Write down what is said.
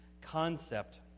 concept